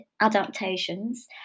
adaptations